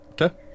Okay